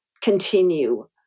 continue